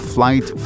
Flight